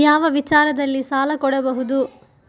ಯಾವ ವಿಚಾರದಲ್ಲಿ ಸಾಲ ಕೊಡಬಹುದು?